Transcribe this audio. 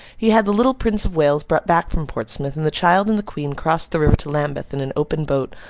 he had the little prince of wales brought back from portsmouth and the child and the queen crossed the river to lambeth in an open boat,